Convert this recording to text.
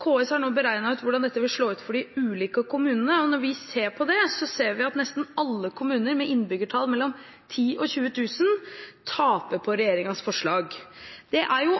KS har nå beregnet hvordan dette vil slå ut for de ulike kommunene, og når vi ser på det, ser vi at nesten alle kommuner med innbyggertall mellom 10 000 og 20 000 taper på regjeringens forslag. Det er jo